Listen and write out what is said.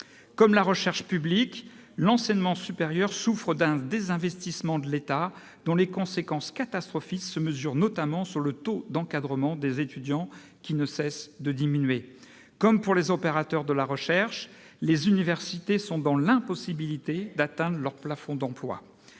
Comme la recherche publique, l'enseignement supérieur souffre d'un désinvestissement de l'État dont les conséquences catastrophiques se mesurent notamment sur le taux d'encadrement des étudiants, qui ne cesse de diminuer. Comme pour les opérateurs de la recherche, les universités sont dans l'impossibilité d'atteindre leurs plafonds d'emplois.